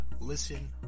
listen